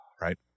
right